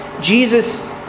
Jesus